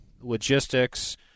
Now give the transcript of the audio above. logistics